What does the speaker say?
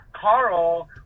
Carl